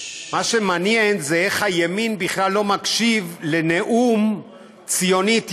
מה שמעניין זה איך הימין בכלל לא מקשיב לנאום ציוני-התיישבותי.